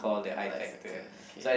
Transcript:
I Factor okay